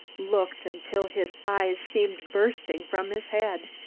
looked until his eyes seemed bursting from his head,